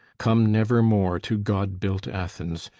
come never more to god-built athens,